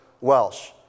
Welsh